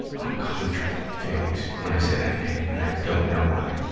uncomfortable feelings when i say that name, and i don't know why.